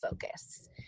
focus